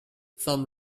some